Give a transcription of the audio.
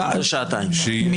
לא, בשום פנים ואופן.